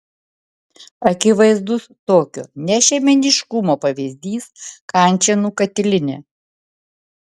akivaizdus tokio nešeimininkiškumo pavyzdys kančėnų katilinė